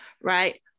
right